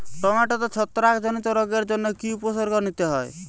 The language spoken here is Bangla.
টমেটোতে ছত্রাক জনিত রোগের জন্য কি উপসর্গ নিতে হয়?